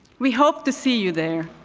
we hope to see you there.